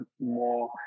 more